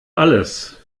alles